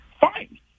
fine